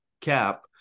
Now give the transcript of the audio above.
cap